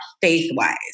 faith-wise